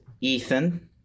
Ethan